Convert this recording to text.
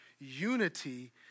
unity